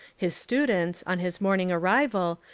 his students, on his morning arrival,